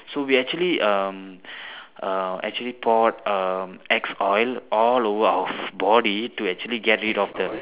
so we actually um um actually pour um axe oil all over our f~ body to actually get rid of the